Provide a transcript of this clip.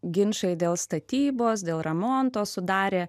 ginčai dėl statybos dėl remonto sudarė